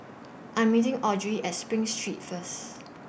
I Am meeting Audrey At SPRING Street First